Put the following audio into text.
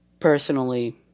Personally